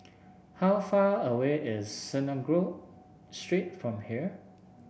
how far away is Synagogue Street from here